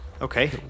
Okay